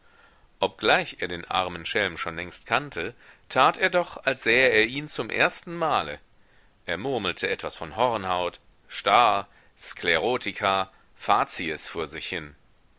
obgleich er den armen schelm schon längst kannte tat er doch als sähe er ihn zum ersten male er murmelte etwas von hornhaut star sklerotika facies vor sich hin